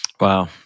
Wow